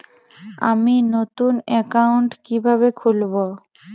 আমি নতুন অ্যাকাউন্ট কিভাবে খুলব?